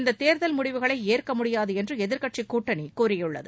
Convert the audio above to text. இந்த தேர்தல் முடிவுகளை ஏற்க முடியாது என்று எதிர்க்கட்சி கூட்டணி கூறியுள்ளது